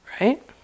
right